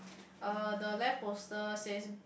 uh the left poster says